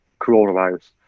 coronavirus